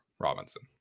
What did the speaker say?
robinson